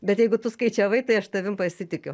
bet jeigu tu skaičiavai tai aš tavim pasitikiu